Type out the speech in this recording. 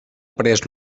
après